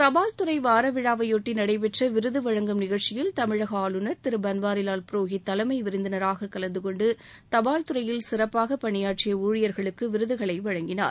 தபால்துறை வார விழாவையொட்டி நடைபெற்ற விருது வழங்கும் நிகழ்ச்சியில் தமிழக ஆளுநர் திரு பன்வாரிவால் புரோஹித் தலைமை விருந்தினராகக் கலந்து கொண்டு தபால்துறையில் சிறப்பாக பணியாற்றிய ஊழியர்களுக்கு விருதுகளை வழங்கினார்